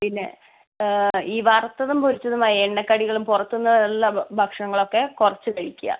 പിന്നെ ഈ വറുത്തതും പൊരിച്ചതും എണ്ണ കടികളും പുറത്ത് നിന്ന് ഉള്ള ഭക്ഷണങ്ങളൊക്കെ കുറച്ച് കഴിക്കുക